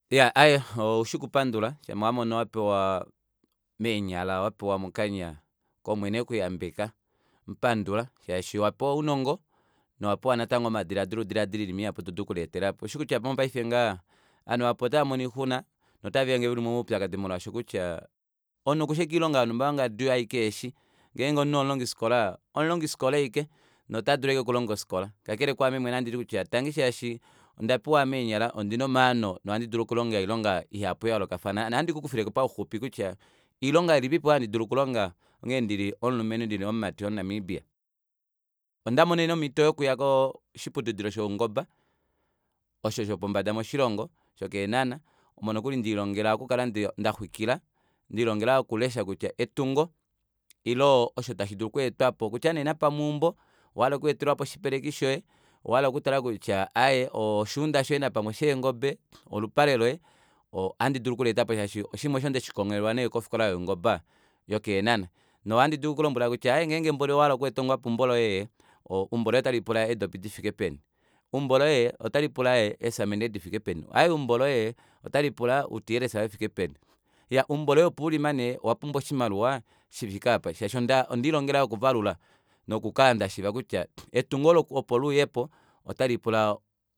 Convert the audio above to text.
Iya aaye oshikupandula shima wamona wapewa meenyala wapewa mokanya komwene ekuyambeka mupandula shaashi owapewa ounongo nowapewa natango omadilaadilo udilaadile oinima ihapu todulu okuleetelapo oushi kutya mopaife ngaha ovanhu vahapu otavamono oixuna otavelihange veli momaupyakadi mahapu molwaashi kutya omunhu okushi ashike oilonga yonumba yongadi oyo aike eshi ngenge omunhu omulongifikola omulongifikola ashike notadulu ashike okulonga ofikola kakele kwaame mwene ohanditi tangi shaashi ondapewa meenyala ondina omaano nohandi dulu okulonga oilonga ihapu yayoolokafana nohandi kukufileko pauxupi kutya oilonga ilipipo oyo handi dulu okulonga onghee ndili omulumenhu ndili omumati omu namibia ondamonene omito yokuya koshiputudilo shoungoba osho shopombada moshilongo sho keenhana omo nokuli ndelilongela okukala ndaxwikila ndilongela yoo okulesha kutya etungo ile osho tashi dulu okweetwapo kutya nee napamwe eumbo owahala okweetelwapo oshipeleki shoye owahala okutala kutya aaye oshuunda shoye napamwe sheengobe olupale loye ohandi dulu okusheetapo shashi onima asho ondeshi lilongela nee kofikola aayo youngoba yokeenhana nohandi dulu okukulombwela kutya aye mboli ngenge owahala okutungapo eumbo loye eumbo loye otalipula eedopi difike peni eumbo loye otalipula ee cements difike peni aye eumbo loye otalipula ou tires vefike peni eumbo loye opo ulimane owaumbwa oshimaliwa shifike aapa shaash ondilongela yoo okuvalula nokukala ndashiiva kutya etungo opo luuyepo otalipula